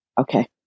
Okay